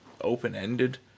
open-ended